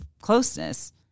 closeness